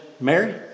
Mary